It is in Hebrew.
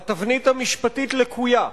התבנית המשפטית לקויה,